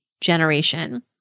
Generation